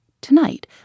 Tonight